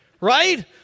right